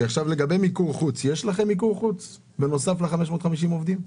יש לכם מיקור חוץ בנוסף ל-550 עובדים?